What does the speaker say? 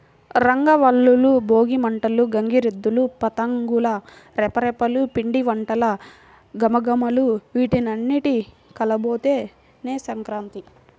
రంగవల్లులు, భోగి మంటలు, గంగిరెద్దులు, పతంగుల రెపరెపలు, పిండివంటల ఘుమఘుమలు వీటన్నింటి కలబోతే సంక్రాంతి